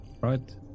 right